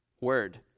word